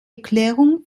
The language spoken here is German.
erklärung